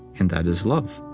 and that is love.